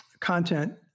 content